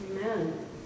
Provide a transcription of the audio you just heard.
Amen